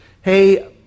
Hey